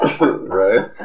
Right